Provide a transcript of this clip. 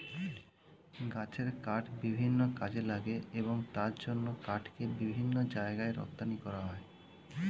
গাছের কাঠ বিভিন্ন কাজে লাগে এবং তার জন্য কাঠকে বিভিন্ন জায়গায় রপ্তানি করা হয়